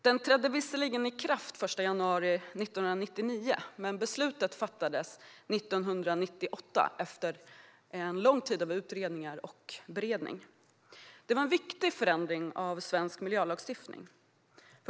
Den trädde visserligen i kraft den 1 januari 1999, men beslutet fattades 1998 efter en lång tid av utredningar och beredning. Det var en viktig förändring av svensk miljölagstiftning.